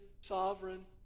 sovereign